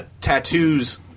tattoos